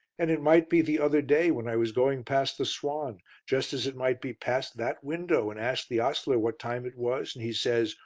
and it might be the other day when i was going past the swan, just as it might be past that window, and asked the ostler what time it was, and he says,